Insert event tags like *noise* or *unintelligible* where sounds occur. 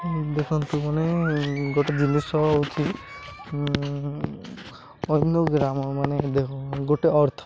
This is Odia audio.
ଦେଖନ୍ତୁ ମାନେ ଗୋଟେ ଜିନିଷ ହେଉଛି ଅନ୍ୟ ଗ୍ରାମ ମାନେ *unintelligible* ଗୋଟେ ଅର୍ଥ